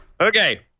Okay